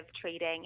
trading